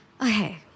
Okay